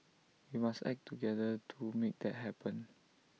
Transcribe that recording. we must act together to make that happen